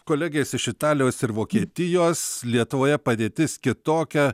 kolegės iš italijos ir vokietijos lietuvoje padėtis kitokia